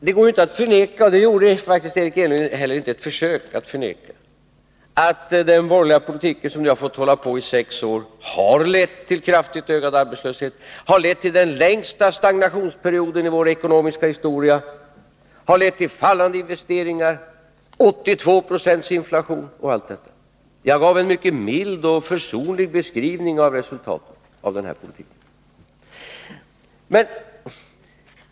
Det går inte att förneka — och det gjorde herr Enlund inte heller något försök att göra — att den borgerliga politik som nu fått hålla på i sex år har lett till kraftigt ökad arbetslöshet, till den längsta stagnationsperioden i vår ekonomiska historia, till fallande investeringar, 82 procents inflation och allt detta. Jag gav en mycket mild och försonlig beskrivning av resultatet av den här politiken.